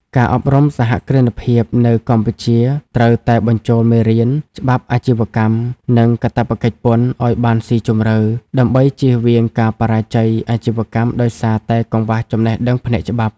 ការអប់រំសហគ្រិនភាពនៅកម្ពុជាត្រូវតែបញ្ចូលមេរៀន "ច្បាប់អាជីវកម្ម និងកាតព្វកិច្ចពន្ធ" ឱ្យបានស៊ីជម្រៅ ដើម្បីជៀសវាងការបរាជ័យអាជីវកម្មដោយសារតែកង្វះចំណេះដឹងផ្នែកច្បាប់។